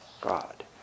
God